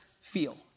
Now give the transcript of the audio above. feel